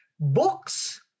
books